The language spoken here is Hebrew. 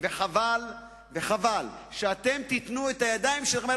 וחבל שאתם תיתנו לכך את ידכם.